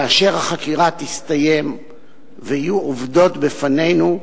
כאשר החקירה תסתיים ויהיו עובדות בפנינו,